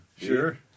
Sure